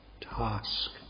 task